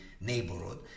neighborhood